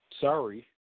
sorry